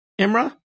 Imra